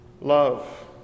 love